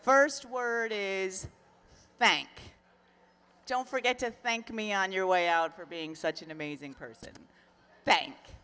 first word is bank don't forget to thank me on your way out for being such an amazing person